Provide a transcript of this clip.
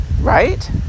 right